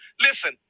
listen